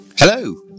Hello